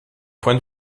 point